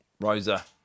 Rosa